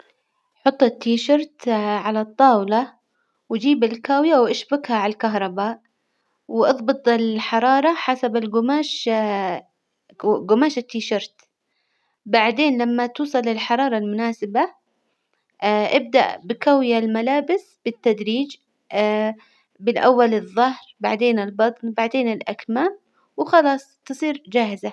حط التيشيرت على الطاولة وجيب الكاوية وإشبكها عالكهرباء وإضبط الحرارة حسب الجماش جماش التيشيرت، بعدين لما توصل للحرارة المناسبة إبدأ بكوي الملابس بالتدريج بالأول الظهر بعدين البطن بعدين الأكمام، وخلاص تصير جاهزة.